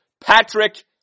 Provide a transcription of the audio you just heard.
Patrick